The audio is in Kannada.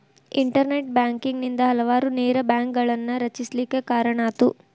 ಇನ್ಟರ್ನೆಟ್ ಬ್ಯಾಂಕಿಂಗ್ ನಿಂದಾ ಹಲವಾರು ನೇರ ಬ್ಯಾಂಕ್ಗಳನ್ನ ರಚಿಸ್ಲಿಕ್ಕೆ ಕಾರಣಾತು